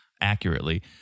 accurately